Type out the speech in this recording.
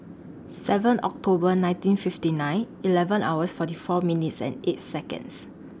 seven October nineteen fifty nine eleven hours forty four minutes eight Seconds